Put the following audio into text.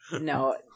No